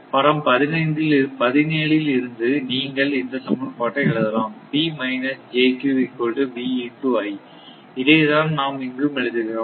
படம் 17 இல் இருந்து நீங்கள் இந்த சமன்பாட்டை எழுதலாம் இதே தான் நாம் இங்கும் எழுதுகிறோம்